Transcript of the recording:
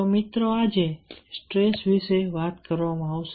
તો મિત્રો આજે સ્ટ્રેસ વિશે વાત કરવામાં આવશે